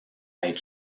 être